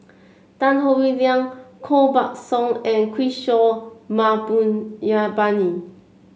Tan Howe Liang Koh Buck Song and Kishore Mahbubani